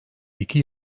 iki